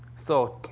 so,